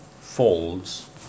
folds